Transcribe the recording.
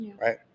right